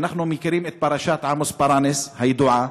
אנחנו מכירים את פרשת עמוס ברנס הידועה,